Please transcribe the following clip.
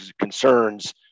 concerns